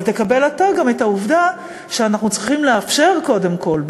אבל תקבל אתה גם את העובדה שאנחנו צריכים לאפשר קודם כול,